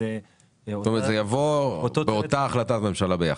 זאת אומרת זה יבוא באותה החלטת ממשלה ביחד.